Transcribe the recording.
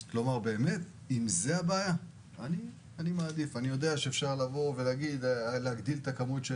אני יודע שאפשר לבוא ולהגיד שצריך להגדיל את הכמות,